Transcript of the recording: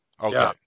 okay